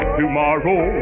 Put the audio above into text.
tomorrow